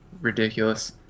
Ridiculous